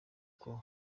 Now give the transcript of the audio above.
uko